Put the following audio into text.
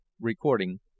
recording